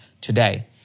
today